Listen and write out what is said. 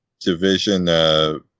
division